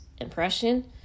impression